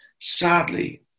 Sadly